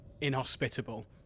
inhospitable